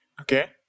Okay